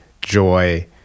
joy